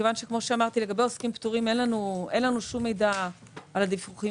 מכיוון שלגבי עוסקים פטורים אין לנו שום מידע על הדיווחים